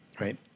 Right